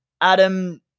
Adam